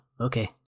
Okay